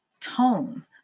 Tone